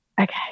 okay